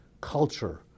culture